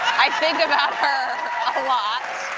i think about her a lot.